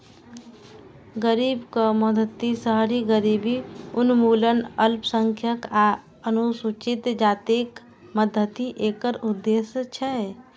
गरीबक मदति, शहरी गरीबी उन्मूलन, अल्पसंख्यक आ अनुसूचित जातिक मदति एकर उद्देश्य छै